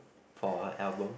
for her album